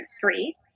three